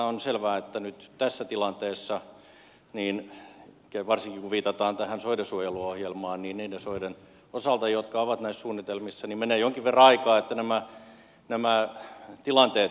on selvää että nyt tässä tilanteessa varsinkin kun viitataan tähän soidensuojeluohjelmaan niiden soiden osalta jotka ovat näissä suunnitelmissa menee jonkin verran aikaa että nämä tilanteet selkiytyvät